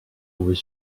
was